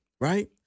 right